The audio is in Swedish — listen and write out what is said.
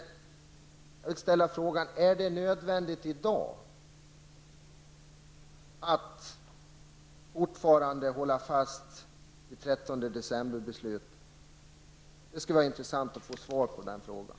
Jag vill fråga: Är det nödvändigt att i dagens läge fortfarande hålla fast vid 13 december-beslutet? Det vore inressant att få svar på den frågan.